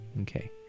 Okay